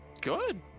Good